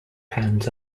hands